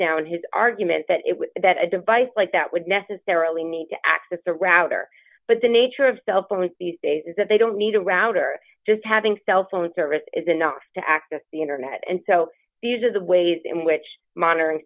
down his argument that it would that a device like that would necessarily need to access the router but the nature of cell phones these days is that they don't need a router just having cell phone service is enough to access the internet and so these are the ways in which monitoring